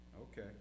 Okay